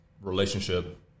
relationship